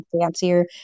fancier